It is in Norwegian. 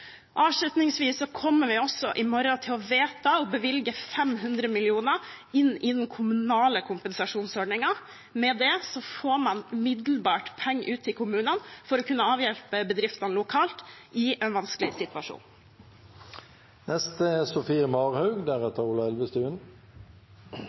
Avslutningsvis kommer vi i morgen også til å vedta å bevilge 500 mill. kr inn i den kommunale kompensasjonsordningen. Med det får man umiddelbart penger ut til kommunene for å kunne avhjelpe bedriftene lokalt i en vanskelig situasjon.